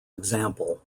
example